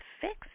fixed